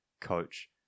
Coach